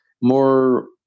more